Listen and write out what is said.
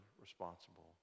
responsible